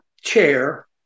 chair